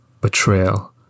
betrayal